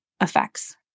effects